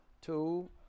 two